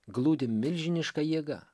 glūdi milžiniška jėga